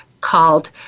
called